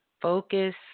focus